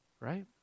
Right